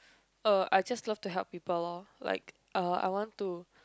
uh I just love to help people lor like uh I want to